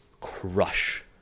crush